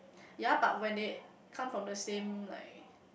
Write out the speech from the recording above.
ya but when they come from the same like